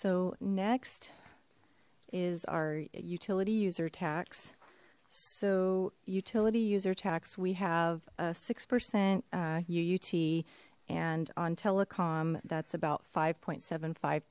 so next is our utility user tax so utility user tax we have six percent uut and on telecom that's about five point seven five